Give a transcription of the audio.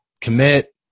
commit